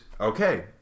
okay